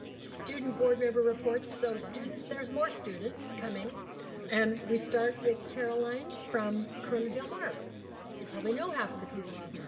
student board member reports. so students, there's more students coming and we start with caroline from corona del mar as you probably know half of the people out